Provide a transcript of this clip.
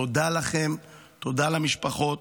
תודה לכם, תודה למשפחות,